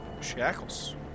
Shackles